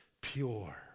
pure